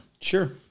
Sure